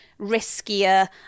riskier